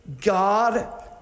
God